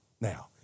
Now